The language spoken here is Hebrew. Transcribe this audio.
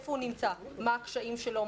מה הקשיים שלו,